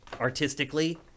artistically